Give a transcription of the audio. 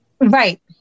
Right